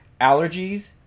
allergies